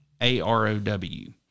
A-R-O-W